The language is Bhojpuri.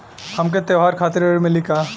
हमके त्योहार खातिर ऋण मिली का?